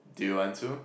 do you want to